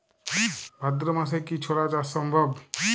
ভাদ্র মাসে কি ছোলা চাষ সম্ভব?